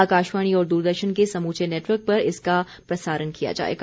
आकाशवाणी और दूरदर्शन के समूचे नेटवर्क पर इसका प्रसारण किया जाएगा